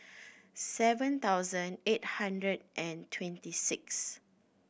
seven thousand eight hundred and twenty sixth